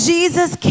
Jesus